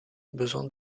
besoin